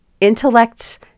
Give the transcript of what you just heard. intellect